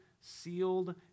sealed